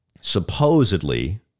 supposedly